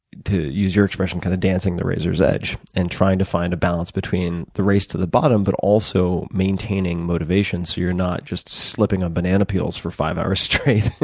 to use your expression, kind of dancing the razor's edge and trying to find a balance between the race to the bottom but also maintaining motivation so you're not just slipping on banana peels for five hours straight.